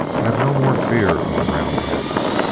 have no more fear of the roundheads.